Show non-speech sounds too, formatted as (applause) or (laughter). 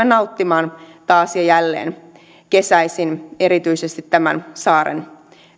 (unintelligible) nauttimaan taas ja jälleen kesäisin erityisesti tämän saaren